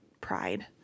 pride